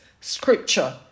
scripture